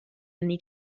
anni